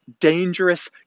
dangerous